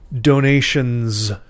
donations